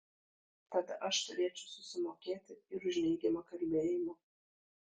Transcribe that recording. tada aš turėčiau susimokėti ir už neigiamą kalbėjimą